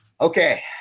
Okay